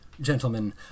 Gentlemen